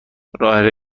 راه